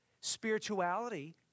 Spirituality